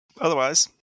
Otherwise